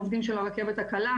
גם עובדים של הרכבת הקלה,